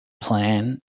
plan